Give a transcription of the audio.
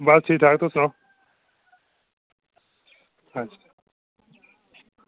बस ठीक ठाक तुस सनाओ हां जी